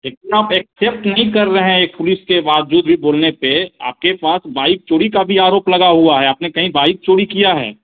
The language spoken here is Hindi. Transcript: लेकिन आप एक्सेप्ट नहीं कर रहे हैं एक पुलिस के बावजूद भी बोलने पर आपके पास बाइक चोरी का भी आरोप लगा हुआ है आपने कहीं बाइक चोरी किया है